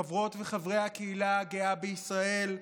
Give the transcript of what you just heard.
חברות וחברי הקהילה הגאה בישראל,